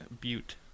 butte